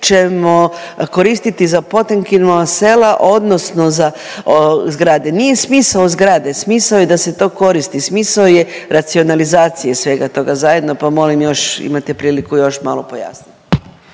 ćemo koristiti za potenkinova sela odnosno za zgrade. Nije smisao zgrade, smisao je da se to koristi, smisao je racionalizacije svega toga zajedno pa molim još imate priliku još malo pojasniti.